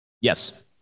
Yes